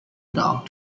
dog